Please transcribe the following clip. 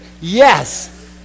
Yes